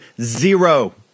Zero